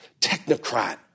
technocrat